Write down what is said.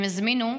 הם הזמינו,